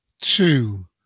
two